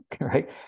right